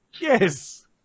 Yes